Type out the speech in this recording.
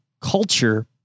culture